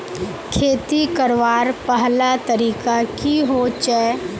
खेती करवार पहला तरीका की होचए?